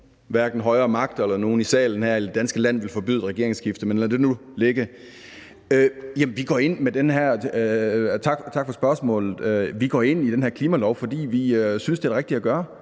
hverken højere magter eller nogen i salen her eller i det danske land, vil forbyde et regeringsskifte, men lad det nu ligge. Tak for spørgsmålet. Vi går med i den her klimalov, fordi vi synes, det er det rigtige at gøre.